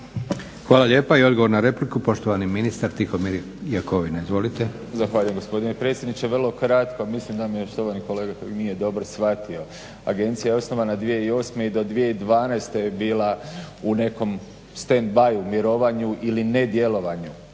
Hvala lijepa. I odgovor na repliku, poštovani ministar Tihomir Jakovina. Izvolite. **Jakovina, Tihomir (SDP)** Zahvaljujem gospodine predsjedniče. Vrlo kratko. Mislim da štovani kolega Hrg nije dobro shvatio, agencija je osnovana 2008. i do 2012. je bila u nekom stand-by, mirovanju ili nedjelovanju.